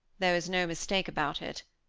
there was no mistake about it.